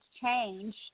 change